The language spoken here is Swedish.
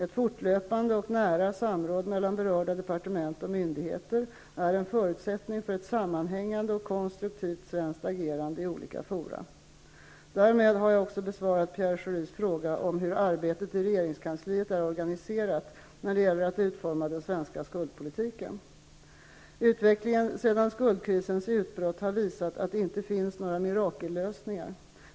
Ett fortlöpande och nära samråd mellan berörda departement och myndigheter är en förutsättning för ett sammanhängande och konstruktivt svenskt agerande i olika fora. Därmed har jag också besvarat Pierre Schoris fråga om hur arbetet i regeringskansliet är organiserat när det gäller att utforma den svenska skuldpolitiken. Utvecklingen sedan skuldkrisens utbrott har visat att det inte finns några mirakellösningar.